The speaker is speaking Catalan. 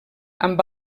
amb